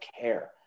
care